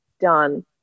done